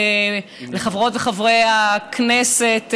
חברות וחברי הכנסת,